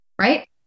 Right